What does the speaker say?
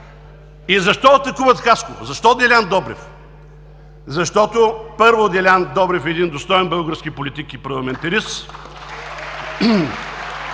И защо атакуват Хасково? Защо Делян Добрев? Защото, първо, Делян Добрев е един достоен български политик и парламентарист.